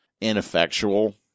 ineffectual